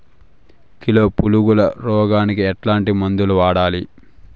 Kilo పులుగుల రోగానికి ఎట్లాంటి మందులు వాడాలి?